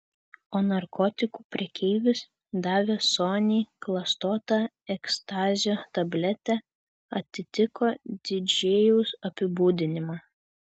o narkotikų prekeivis davęs soniai klastotą ekstazio tabletę atitiko didžėjaus apibūdinimą